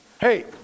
Hey